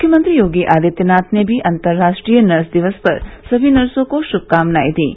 मुख्यमंत्री योगी आदित्यनाथ ने भी अन्तर्राष्ट्रीय नर्स दिवस पर सभी नसों को शुभकामनाए दीं